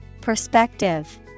Perspective